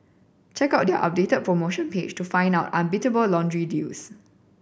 check out their updated promotion page to find out unbeatable laundry deals